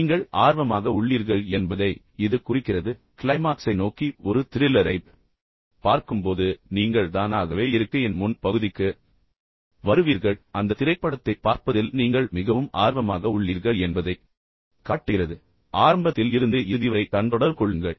நீங்கள் ஆர்வமாக உள்ளீர்கள் என்பதை இது குறிக்கிறது நான் முன்பே கூறினேன் உண்மையில் க்ளைமாக்ஸை நோக்கி ஒரு த்ரில்லரைப் பார்க்கும்போது நீங்கள் தானாகவே இருக்கையின் முன் பகுதிக்கு வருவீர்கள் அந்த திரைப்படத்தைப் பார்ப்பதில் நீங்கள் மிகவும் ஆர்வமாக உள்ளீர்கள் என்பதைக் காட்டுகிறது ஆரம்பத்தில் இருந்து இறுதி வரை கண் தொடர்பு கொள்ளுங்கள்